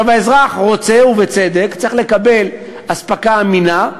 האזרח רוצה, ובצדק, הוא צריך לקבל אספקה אמינה,